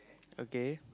okay